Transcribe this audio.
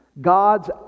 God's